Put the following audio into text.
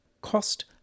cost